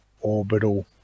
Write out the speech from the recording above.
orbital